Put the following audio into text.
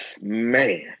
man